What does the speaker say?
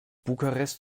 bukarest